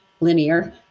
linear